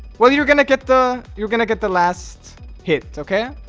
well, you're gonna get the you're gonna get the last hit, okay